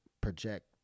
project